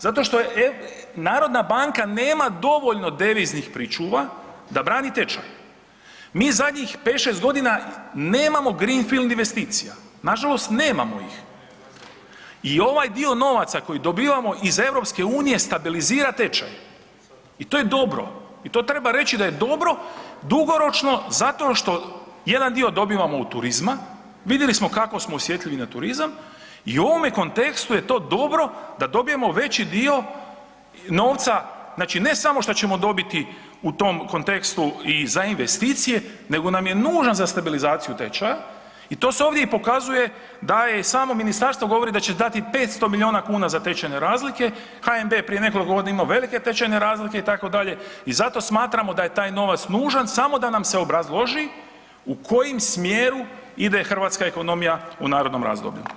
Zato što je narodna banka nema dovoljno deviznih pričuva da brani tečaj, mi zadnjih 5-6 godina nema green field investicija, nažalost nemamo ih i ovaj dio novaca koji dobijamo iz EU stabilizira tečaj i to je dobro i to treba reći da je dobro dugoročno zato što jedan dio dobivamo od turizma, vidjeli smo kako smo osjetljivi na turizam i u ovome kontekstu je to dobro da dobijemo veći dio novca, znači ne samo što ćemo dobiti u tom kontekstu i za investicije nego nam je nužan za stabilizaciju tečaja i to se ovdje i pokazuje da je i samo ministarstvo govori da će dati 500 miliona kuna za tečajne razlike, HNB je prije nekoliko godina imao velike tečajne razlike itd. i zato smatramo da je taj novac nužan, samo da nam se obrazloži u kojem smjeru ide hrvatska ekonomija u narednom razdoblju.